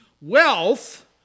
Wealth